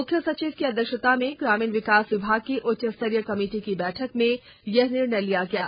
मुख्य सचिव की अध्यक्षता में ग्रामीण विकास विभाग की उच्चस्तरीय कमेटी की बैठक में यह निर्णय लिया गया है